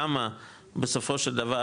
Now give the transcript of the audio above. כמה בסופו של דבר,